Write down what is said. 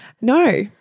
No